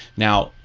now,